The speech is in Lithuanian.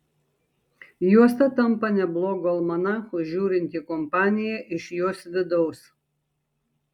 juosta tampa neblogu almanachu žiūrint į kompaniją iš jos vidaus